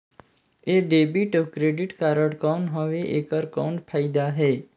ये डेबिट अउ credit card कौन हवे एकर कौन फाइदा हे?